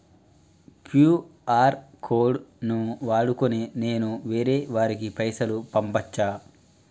QR code ను వాడుకొని నేను వేరే వారికి పైసలు పంపచ్చా?